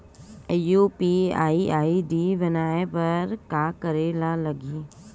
UPI ID बनाये बर का करे ल लगही?